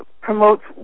Promotes